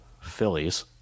Phillies